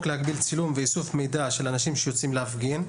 להגדיל צילם ואיסוף מידע של אנשים שיוצאים להפגין?